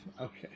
Okay